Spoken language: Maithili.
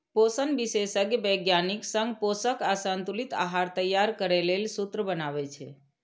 पोषण विशेषज्ञ वैज्ञानिक संग पोषक आ संतुलित आहार तैयार करै लेल सूत्र बनाबै छै